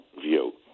view